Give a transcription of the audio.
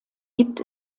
gibt